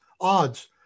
odds